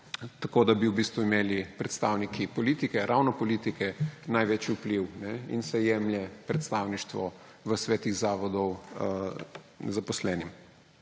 tako da bi v bistvu imeli predstavniki politike, ravno politike, največji vpliv in se jemlje predstavništvo v svetih zavodov zaposlenim.